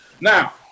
Now